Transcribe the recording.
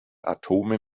atome